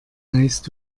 heißt